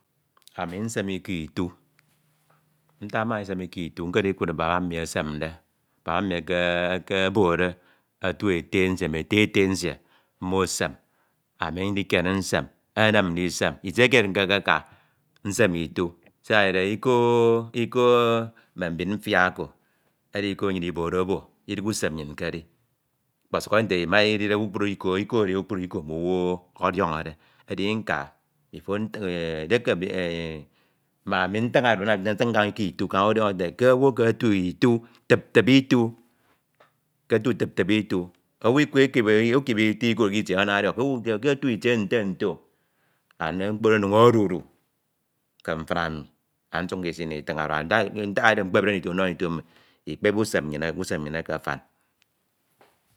Ami nsem iko itu, ntak mmade ndisem iko itie, nkedikud baba mmi esemde. Baba mmi ekebode otu ete nsie, mme ete eto nsie, mmo esem, ami ndikiene nsem, enem ndisem. Itie kied eke nkaka nsem itu siak edide iko o, iko mme mbin mtia oko edi iko nnyin ibodebo idihe usem nnyin ke edi, ọkpọsuk edi nte edide ima idide iko edi kpukpru iko mmowu ọdiọñọde ndinka beto ana ntiñ kaña iko itu owu ọdiọñọ ke owu eke otu itie, tip tip itu, owu ikip uto iko oro ana ọdiọño ke otu itie nte nte o and mkpo oro ono inñ odudu ke mtin emi and nsuk nka isi nditiñ oro, ntak edi oro mkpede ndito ndọhọñ ndito mmi ikpep usem nnyin eke k'usem nnyin eke afam.